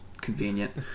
convenient